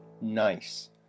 nice